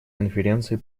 конференции